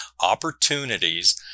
opportunities